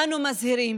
אנו מזהירים